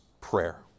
prayer